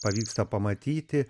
pavyksta pamatyti